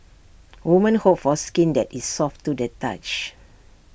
women hope for skin that is soft to the touch